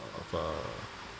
of uh